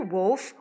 Wolf